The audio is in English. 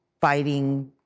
fighting